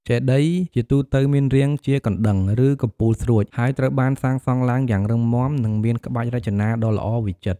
ចេតិយជាទូទៅមានរាងជាកណ្តឹង ឬកំពូលស្រួច ហើយត្រូវបានសាងសង់ឡើងយ៉ាងរឹងមាំ និងមានក្បាច់រចនាដ៏ល្អវិចិត្រ។